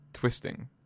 twisting